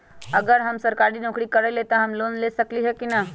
अगर हम सरकारी नौकरी करईले त हम लोन ले सकेली की न?